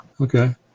Okay